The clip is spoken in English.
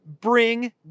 bring